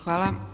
Hvala.